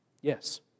Yes